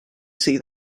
see